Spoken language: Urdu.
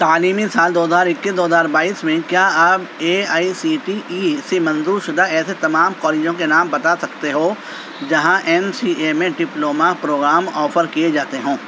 تعلیمی سال دو ہزار اکیس دو ہزار بائیس میں کیا آپ A I C T E سے منظور شدہ ایسے تمام کالجوں کے نام بتا سکتے ہو جہاں ایم سی اے میں ڈپلوما پروگرام آفر کیے جاتے ہوں